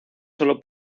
sólo